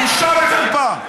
בושה וחרפה.